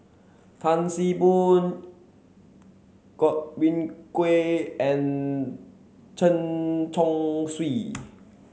Tan See Boo Godwin Koay and Chen Chong Swee